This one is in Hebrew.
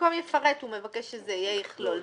במקום "יפרט" הוא מבקש שזה יהיה "יכלול".